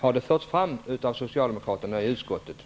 Har det förts fram av Socialdemokraterna i utskottet?